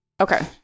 Okay